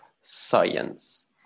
science